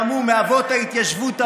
גם הוא מאבות ההתיישבות העובדת: